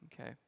Okay